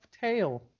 tail